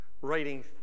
writing